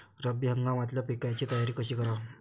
रब्बी हंगामातल्या पिकाइची तयारी कशी कराव?